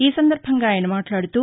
ఈసందర్బంగా ఆయన మాట్లాదుతూ